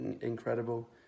incredible